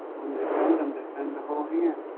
when they bend them they bend the whole hand